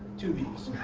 two e's.